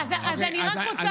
משפט לסיום.